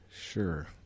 Sure